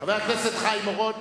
חבר הכנסת חיים אורון,